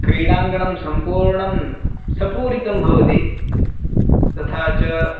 क्रीडाङ्गणं सम्पूर्णं सपूरितं भवति तथा च